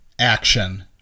action